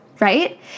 right